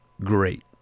great